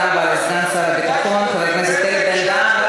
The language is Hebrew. תודה רבה לסגן שר הביטחון חבר הכנסת אלי בן-דהן.